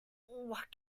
what